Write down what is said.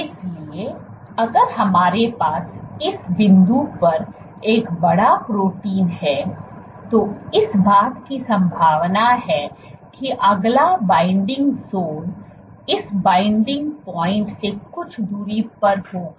इसलिए अगर हमारे पास इस बिंदु पर एक बड़ा प्रोटीन है तो इस बात की संभावना है कि अगला बाइंडिंग ज़ोन इस बाइंडिंग पॉइंट से कुछ दूरी पर होगा